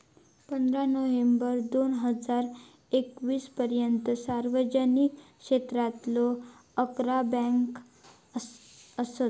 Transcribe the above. पंधरा नोव्हेंबर दोन हजार एकवीस पर्यंता सार्वजनिक क्षेत्रातलो अकरा बँका असत